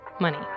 money